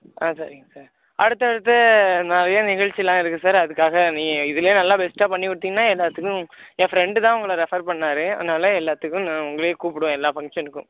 சரிங்க சார் அடுத்தடுத்து நிறையா நிகழ்ச்சிலாம் இருக்கு சார் அதுக்காக நீ இதுவே நீங்கள் பெஸ்ட்டாக பண்ணிகொடுத்தீங்கனா எல்லாத்துக்கும் ஏ ஃபிரெண்டு தான் உங்களை ரெஃபர் பண்ணார் அதனால் எல்லாத்துக்கும் உங்களயே கூப்டுவேன் எல்லா ஃபங்க்ஷனுக்கும்